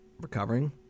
recovering